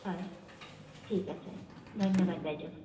হয় ঠিক আছে ধন্যবাদ বাইদেউ